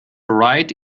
right